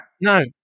No